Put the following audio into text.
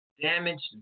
damaged